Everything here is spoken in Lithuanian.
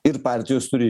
ir partijos turi